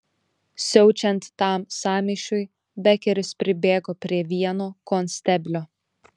siaučiant tam sąmyšiui bekeris pribėgo prie vieno konsteblio